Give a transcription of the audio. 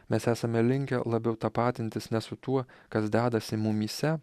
mes esame linkę labiau tapatintis ne su tuo kas dedasi mumyse